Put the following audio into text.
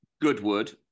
Goodwood